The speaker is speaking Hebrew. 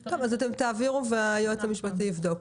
דברים --- אתם תעבירו והיועץ המשפטי יבדוק.